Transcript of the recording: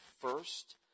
first